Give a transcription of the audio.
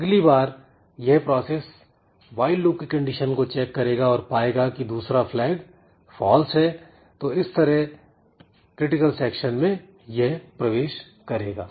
अगली बार यह प्रोसेस व्हाईल लूप की कंडीशन को चेक करेगा और पाएगा की दूसरा फ्लैग फाल्स है तो इस तरह यह है क्रिटिकल सेक्शन में प्रवेश करेगा